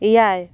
ᱮᱭᱟᱭ